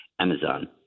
Amazon